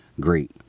Great